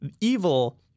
Evil